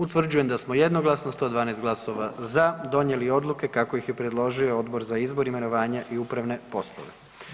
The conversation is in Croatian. Utvrđujem da smo jednoglasno 112 za donijeli odluke kako ih je predložio Odbor za izbor, imenovanje i upravne poslove.